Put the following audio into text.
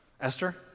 Esther